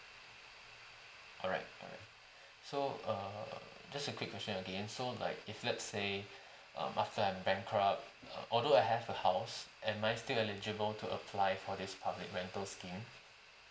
alright alright so err just a quick question again so like if let's say um after I'm bankrupt uh although I have a house am I still eligible to apply for this public rental scheme